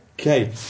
Okay